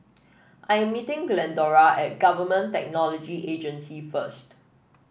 I am meeting Glendora at Government Technology Agency first